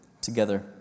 together